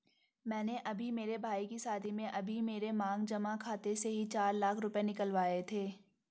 मैंने अभी मेरे भाई के शादी में अभी मेरे मांग जमा खाते से ही चार लाख रुपए निकलवाए थे